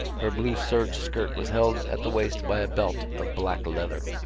her blue serge skirt was held at the waist by a belt of black leather.